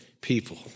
people